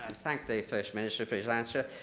and thank the first minister for his answer.